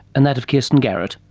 and that of kirsten garrett,